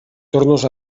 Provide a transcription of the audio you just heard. tornes